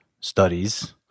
studies